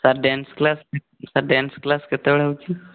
sir dance class sir dance class କେତେବେଳେ ହେଉଛି